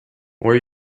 where